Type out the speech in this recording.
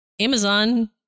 Amazon